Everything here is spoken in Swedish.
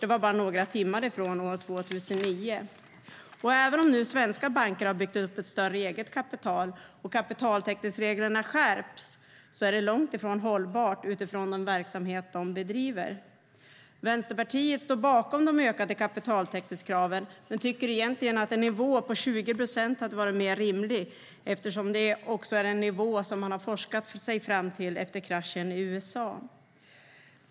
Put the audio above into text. Det var de bara några timmar ifrån 2009. Även om nu svenska banker har byggt upp ett större eget kapital och kapitaltäckningsreglerna skärpts är det långt ifrån hållbart utifrån den verksamhet de bedriver. Vänsterpartiet står bakom de ökade kapitaltäckningskraven men tycker egentligen att en nivå på 20 procent hade varit mer rimlig, eftersom det också är en nivå som man har forskat sig fram till efter kraschen i USA.